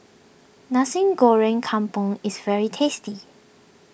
Nasi Goreng Kampung is very tasty